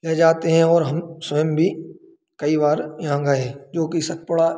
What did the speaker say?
ले जाते हैं और हम स्वयं भी कई बार यहाँ गए जो कि सतपुरा